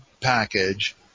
package